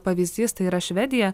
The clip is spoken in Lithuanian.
pavyzdys tai yra švedija